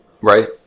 right